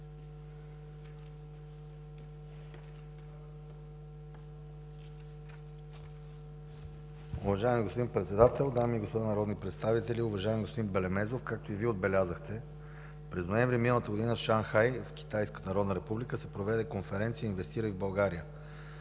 Уважаеми господин председател, дами и господа народни представители! Уважаеми господин Белемезов, както и Вие отбелязахте през ноември миналата година в гр. Шанхай, Китайска народна република, се проведе конференция „Инвестирай в България.